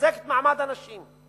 יחזק את מעמד הנשים,